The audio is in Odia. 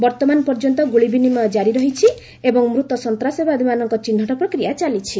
ବର୍ତ୍ତମାନ ପର୍ଯ୍ୟନ୍ତ ଗୁଳି ବିନିମୟ ଜାରୀ ରହିଛି ଏବଂ ମୃତ ସନ୍ତାସବାଦୀଙ୍କ ଚିହ୍ନଟ ପ୍ରକ୍ରିୟା ଜାରି ରହିଛି